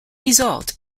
result